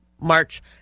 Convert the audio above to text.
march